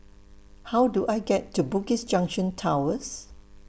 How Do I get to Bugis Junction Towers